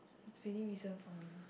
it's pretty recent for me